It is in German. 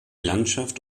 landschaft